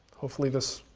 hopefully this.